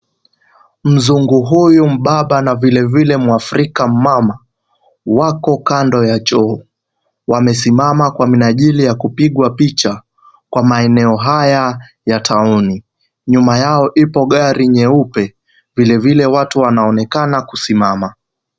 Mzungu huyu mubaba na vilevile mwafrika mumama wako kando ya choo , wamesimama kwa minajili ya kupigwa picha kwa maeneo haya ya taoni ,nyuma yao ipo gari nyeupe vilevile watu wanaonekana kusimama.